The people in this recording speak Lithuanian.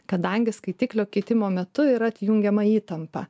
kadangi skaitiklio keitimo metu yra atjungiama įtampa